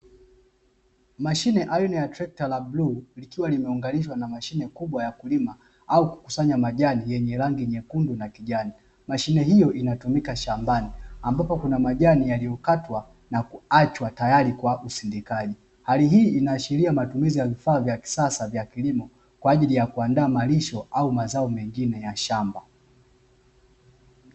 Mashine aina ya trekta la bluu, likiwa limeunganishwa na mashine kubwa ya kulima au kukusanya majani yenye rangi nyekundu na kijani. Mashine hiyo inatumika shambani ambapo kuna majani yaliyokatwa na kuachwa tayari kwa usindikaji. Hali hii inaashiria matumizi ya vifaa vya kisasa vya kilimo kwa ajili ya kuandaa malisho au mazao mengine ya shamba.